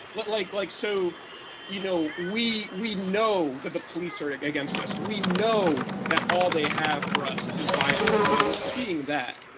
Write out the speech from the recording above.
like like so you know we we know that the police are against us. we know that all they have for us is violence. you know we're seeing that.